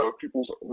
people's